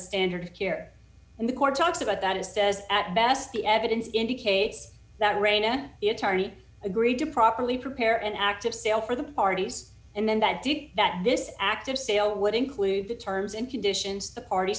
standard of care and the court talks about that it says at best the evidence indicates that rayna the attorney agreed to properly prepare an active sale for the parties and then that did that this active sale would include the terms and conditions the parties